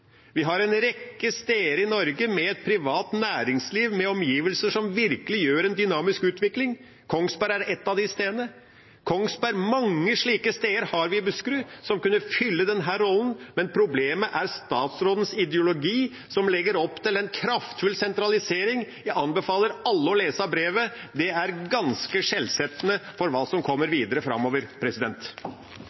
Vi har en rekke steder i Norge med et privat næringsliv, med omgivelser som virkelig sørger for en dynamisk utvikling. Kongsberg er ett av de stedene. Vi har mange slike steder i Buskerud som kunne fylle denne rollen, men problemet er statsrådens ideologi, som legger opp til en kraftfull sentralisering. Jeg anbefaler alle å lese brevet. Det er ganske skjellsettende for hva som kommer videre framover.